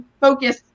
focus